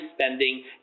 spending